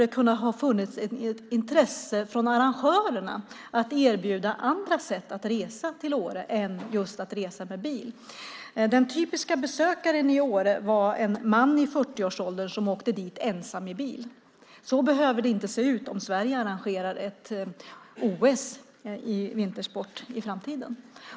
Det borde ha funnits ett intresse från arrangörerna att erbjuda andra sätt att resa än med bil. Den typiska besökaren i Åre var en man i 40-årsåldern som åkte dit ensam i bil. Så behöver det inte se ut om Sverige arrangerar ett OS i vintersport i framtiden.